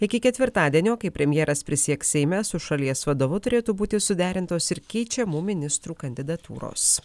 iki ketvirtadienio kai premjeras prisieks seime su šalies vadovu turėtų būti suderintos ir keičiamų ministrų kandidatūros